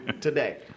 today